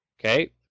Okay